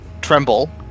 tremble